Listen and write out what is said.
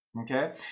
Okay